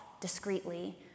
discreetly